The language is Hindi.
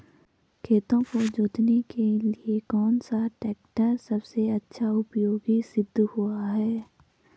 खेतों को जोतने के लिए कौन सा टैक्टर सबसे अच्छा उपयोगी सिद्ध हुआ है?